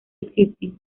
existen